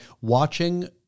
watching